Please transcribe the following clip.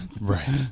Right